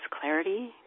clarity